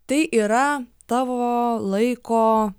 tai yra tavo laiko